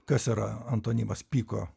kas yra antonimas pyko